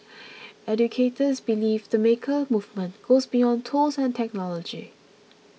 educators believe the maker movement goes beyond tools and technology